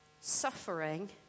suffering